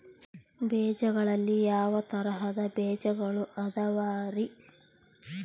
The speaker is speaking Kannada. ಬೇಜಗಳಲ್ಲಿ ಯಾವ ತರಹದ ಬೇಜಗಳು ಅದವರಿ?